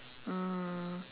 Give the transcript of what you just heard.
mm